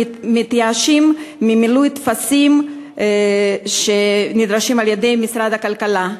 והם מתייאשים ממילוי הטפסים שנדרשים על-ידי משרד הכלכלה.